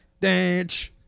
dance